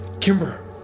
Kimber